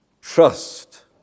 trust